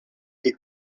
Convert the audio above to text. the